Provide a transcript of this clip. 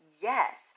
yes